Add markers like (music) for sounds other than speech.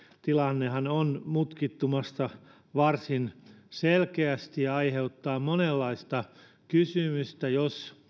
tilannehan on mutkistumassa varsin selkeästi ja aiheuttaa monenlaista kysymystä jos (unintelligible)